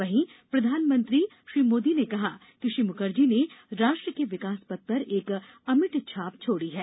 वहीं प्रधानमंत्री मोदी ने कहा कि श्री मुखर्जी ने राष्ट्र के विकास पथ पर एक अमिट छाप छोड़ी है